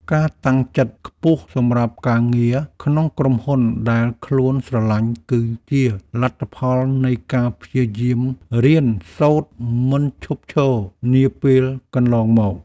ការតាំងចិត្តខ្ពស់សម្រាប់ការងារក្នុងក្រុមហ៊ុនដែលខ្លួនស្រឡាញ់គឺជាលទ្ធផលនៃការព្យាយាមរៀនសូត្រមិនឈប់ឈរនាពេលកន្លងមក។